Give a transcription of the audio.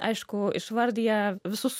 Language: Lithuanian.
aišku išvardija visus